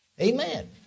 Amen